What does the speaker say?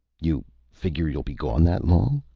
you figure you'll be gone that long?